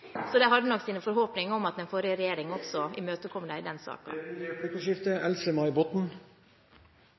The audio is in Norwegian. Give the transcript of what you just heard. nok sine forhåpninger om at den forrige regjeringen også imøtekom dem i den